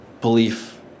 belief